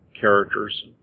characters